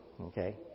okay